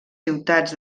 ciutats